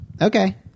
Okay